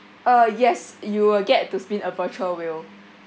uh yes you will get to spin a virtual wheel